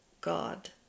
God